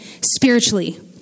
spiritually